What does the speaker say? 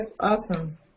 awesome